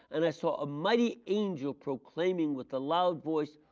and i saw a mighty angel proclaiming with a loud voice,